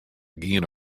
giene